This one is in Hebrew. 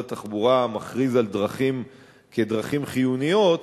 התחבורה מכריז על דרכים כדרכים חיוניות,